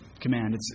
command